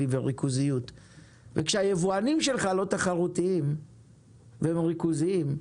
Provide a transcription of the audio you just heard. וריכוזיות וכשהיבואנים שלך לא תחרותיים והם ריכוזיים,